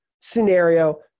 scenario